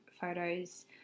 photos